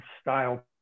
style